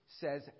says